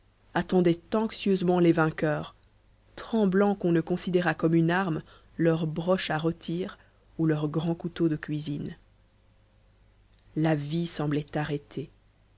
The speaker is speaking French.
attendaient anxieusement les vainqueurs tremblant qu'on ne considérât comme une arme leurs broches à rôtir ou leurs grands couteaux de cuisine la vie semblait arrêtée